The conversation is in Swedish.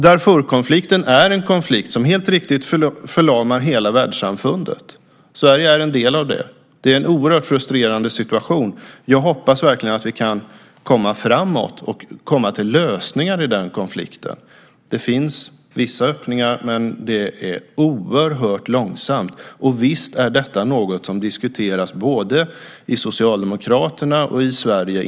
Darfurkonflikten är en konflikt som helt riktigt förlamar hela världssamfundet. Sverige är en del av det. Det är en oerhört frustrerande situation. Jag hoppas verkligen att vi kan komma framåt och komma till lösningar i den konflikten. Det finns vissa öppningar, men det går oerhört långsamt. Visst är detta något som diskuteras både inom Socialdemokraterna och i Sverige.